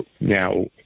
Now